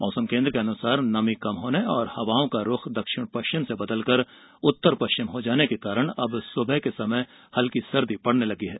मौसम केन्द्र के अनुसार नमी कम होने और हवाओं का रुख दक्षिण पश्चिम से बदलकर उत्तर पश्चिम हो जाने के कारण सुबह हल्की सर्दी पड़ने लगी है